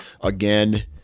Again